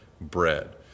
bread